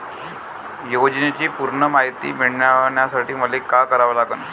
योजनेची पूर्ण मायती मिळवासाठी मले का करावं लागन?